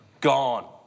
Gone